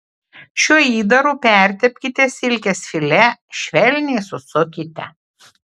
šiuo įdaru pertepkite silkės filė švelniai susukite